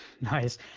nice